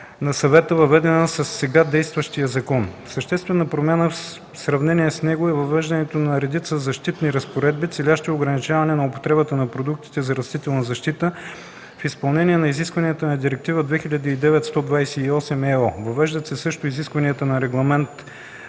на Съвета, въведена със сега действащия закон. Съществена промяна в сравнение с него е въвеждането на редица защитни разпоредби, целящи ограничаване на употребата на продуктите за растителна защита в изпълнение на изискванията на Директива 2009/128/ЕО. Въвеждат се също изискванията на Регламент